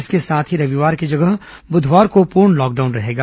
इसके साथ ही रविवार की जगह बुधवार को पूर्ण लॉकडाउन रहेगा